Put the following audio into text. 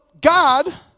God